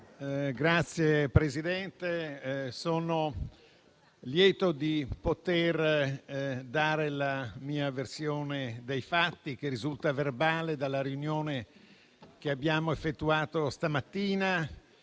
Signor Presidente, sono lieto di poter dare la mia versione dei fatti, che risulta agli atti della riunione che abbiamo effettuato questa mattina